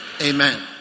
Amen